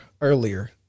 earlier